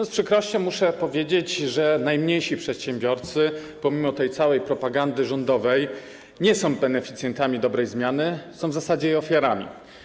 Z przykrością muszę powiedzieć, że najmniejsi przedsiębiorcy, pomimo tej całej propagandy rządowej, nie są beneficjentami dobrej zmiany, są w zasadzie jej ofiarami.